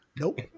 Nope